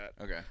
Okay